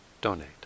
donate